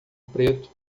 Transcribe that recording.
preto